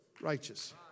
righteous